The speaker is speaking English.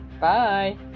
bye